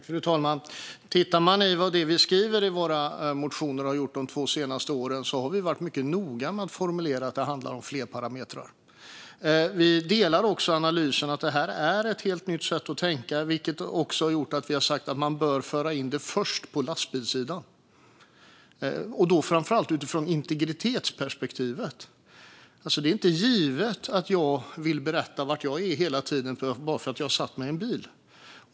Fru talman! Tittar man på det vi har skrivit i våra motioner de två senaste åren ser man att vi har varit mycket noga med att formulera att det handlar om fler parametrar. Vi håller också med om analysen att det här är ett helt nytt sätt att tänka. Det har även lett till att vi har sagt att man först bör föra in det på lastbilssidan, framför allt utifrån integritetsperspektivet. Det är inte givet att jag hela tiden vill berätta var jag är bara för att jag har satt mig i en bil.